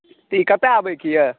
तऽ ई कतऽआबेके यऽ